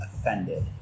offended